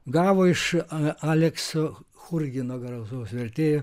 gavo iš alekso churgino garsaus vertėjo